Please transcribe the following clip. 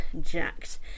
jacked